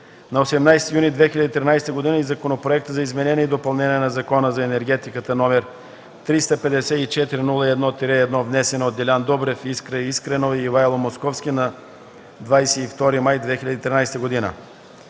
на 18 юни 2013 г., и Законопроект за изменение и допълнение на Закона за енергетиката, № 354-01-1, внесен от Делян Добрев, Искра Искренова и Ивайло Московски на 22 май 2013 г.